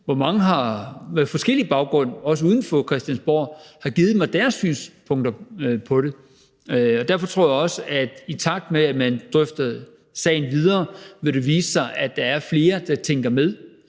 hvor mange med forskellige baggrunde, også uden for Christiansborg, har givet mig deres synspunkter på det. Derfor tror jeg også, i takt med at man drøfter sagen videre, at det vil vise sig, at der er flere, der tænker med,